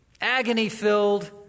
agony-filled